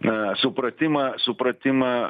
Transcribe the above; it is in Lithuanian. na supratimą supratimą